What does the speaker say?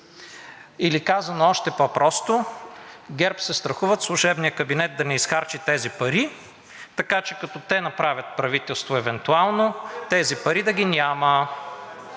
Или казано още по-просто – ГЕРБ се страхуват служебният кабинет да не изхарчи тези пари, така че като те направят правителство, евентуално, тези пари да ги няма.